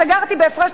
סגרתי בהפרש,